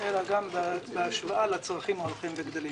אלא גם בהשוואה לצרכים ההולכים וגדלים.